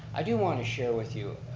i do want to share with you,